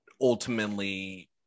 ultimately